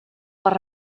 per